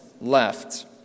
left